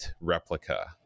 replica